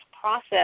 process